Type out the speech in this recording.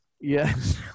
Yes